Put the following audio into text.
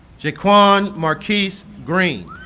jaequan marquise greene